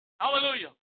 Hallelujah